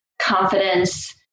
confidence